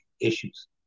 Issues